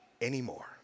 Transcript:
anymore